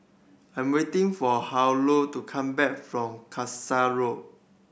I'm waiting for Harlow to come back from Kasai Road